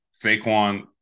Saquon